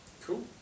Cool